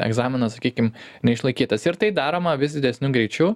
egzaminas sakykim neišlaikytas ir tai daroma vis didesniu greičiu